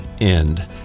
end